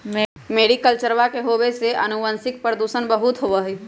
मैरीकल्चरवा के होवे से आनुवंशिक प्रदूषण बहुत होबा हई